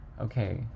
okay